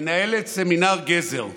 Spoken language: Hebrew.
מנהלת סמינר גזר,